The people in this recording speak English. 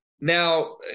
Now